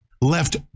left